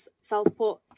Southport